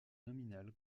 nominale